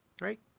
right